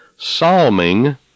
Psalming